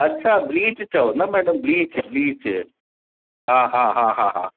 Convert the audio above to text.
अछा ब्लीच चओ न मैडम ब्लीच ब्लीच हा हा हा हा